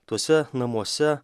tuose namuose